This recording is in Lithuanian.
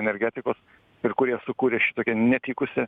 energetikos ir kurie sukūrė šitokį netikusį